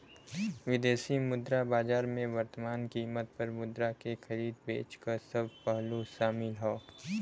विदेशी मुद्रा बाजार में वर्तमान कीमत पर मुद्रा के खरीदे बेचे क सब पहलू शामिल हौ